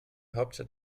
hauptstadt